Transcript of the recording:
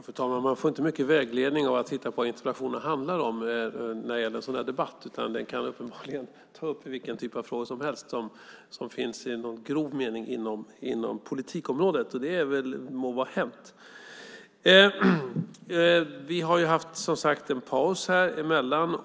Fru talman! Man får inte mycket vägledning av att titta på vad interpellationerna handlar om när det gäller en sådan här debatt. I debatten kan uppenbarligen vilken typ av frågor som helst tas upp som inom någon grov mening finns inom politikområdet. Det må vara hänt. Vi har, som sagt, haft en paus i debatten.